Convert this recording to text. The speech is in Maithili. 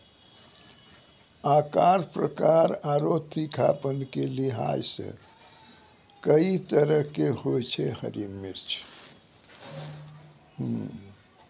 आकार, प्रकार आरो तीखापन के लिहाज सॅ कई तरह के होय छै हरी मिर्च